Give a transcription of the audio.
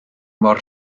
mor